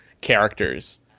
characters